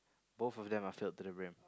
both of them are filled to the brim